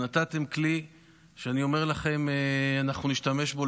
נתתם כלי שאני אומר לכם שאנחנו נשתמש בו,